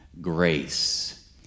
grace